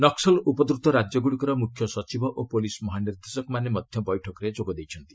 ନକ୍କଲ ଉପଦ୍ରତ ରାଜ୍ୟଗୁଡ଼ିକର ମୁଖ୍ୟସଚିବ ଓ ପୋଲିସ୍ ମହାନିର୍ଦ୍ଦେଶକମାନେ ମଧ୍ୟ ବୈଠକରେ ଯୋଗଦେଇଛନ୍ତି